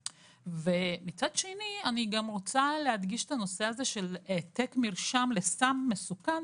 מצד שני אני רוצה להדגיש את הנושא של העתק מרשם לסם מסוכן,